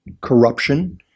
corruption